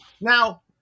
Now